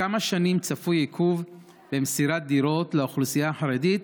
בכמה שנים צפוי עיכוב במסירת דירות לאוכלוסייה החרדית